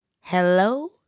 Hello